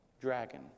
Dragon